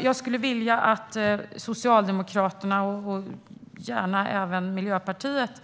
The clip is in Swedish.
Jag skulle vilja att Socialdemokraterna och gärna även Miljöpartiet